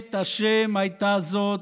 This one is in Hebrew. מאת ה' הייתה זאת,